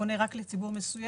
שפונה רק לציבור מסוים.